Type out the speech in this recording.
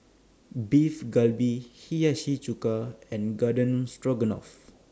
Beef Galbi Hiyashi Chuka and Garden Stroganoff